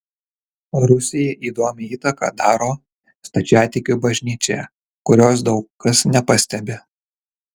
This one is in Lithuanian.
rusijai įdomią įtaką daro stačiatikių bažnyčia kurios daug kas nepastebi